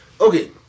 Okay